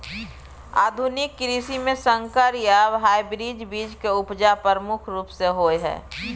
आधुनिक कृषि में संकर या हाइब्रिड बीज के उपजा प्रमुख रूप से होय हय